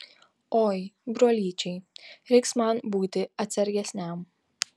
oi brolyčiai reiks man būti atsargesniam